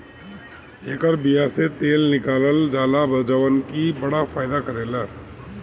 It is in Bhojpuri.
एकर बिया से तेल निकालल जाला जवन की बड़ा फायदा करेला